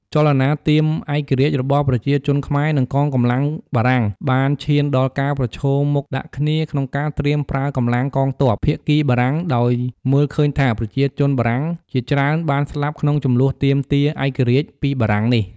ចលនាទាមឯករាជ្យរបស់ប្រជាជនខ្មែរ និង កងកម្លាំងបារាំង បានឈានដល់ការប្រឈមុខដាក់គ្នា ក្នុងការត្រៀមប្រើកម្លាំងកងទ័ព ភាគីបារាំងដោយមើលឃើញថា ប្រជាជនបារាំងជាច្រើនបានស្លាប់ក្នុងជម្លោះទាមទារឯករាជ្យពីបារាំងនេះ។